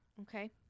Okay